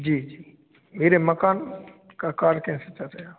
जी जी मेरे मकान का कार्य कैसे कर रहे आप